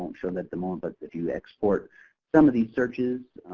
um show that at the moment. but if you export some of these searches,